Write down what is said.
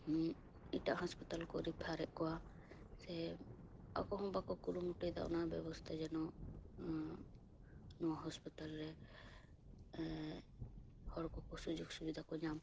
ᱮᱴᱟᱜ ᱦᱳᱥᱯᱤᱴᱟᱞ ᱠᱚ ᱨᱮᱯᱷᱟᱨᱮᱫ ᱠᱚᱣᱟ ᱥᱮ ᱟᱠᱚ ᱦᱚᱸ ᱵᱟᱠᱚ ᱠᱩᱨᱩ ᱢᱩᱴᱩᱭᱮᱫᱟ ᱚᱱᱟ ᱵᱮᱵᱚᱥᱛᱟ ᱡᱮᱱᱚ ᱱᱚᱣᱟ ᱦᱳᱥᱯᱟᱛᱟᱞ ᱨᱮ ᱦᱚᱲ ᱠᱚ ᱠᱚ ᱥᱩᱡᱳᱠ ᱥᱩᱵᱤᱫᱟ ᱠᱚ ᱠᱚ ᱧᱟᱢ